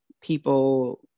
people